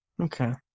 Okay